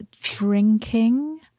drinking